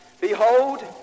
Behold